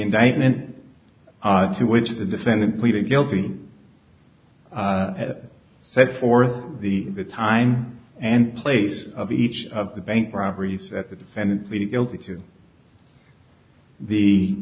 indictment to which the defendant pleaded guilty set forth the time and place of each of the bank robberies at the defendant pleaded guilty to the